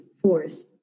force